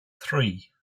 three